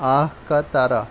آنکھ کا تارا